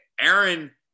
Aaron